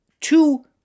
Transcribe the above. Two